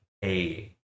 hey